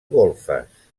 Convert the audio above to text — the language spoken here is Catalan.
golfes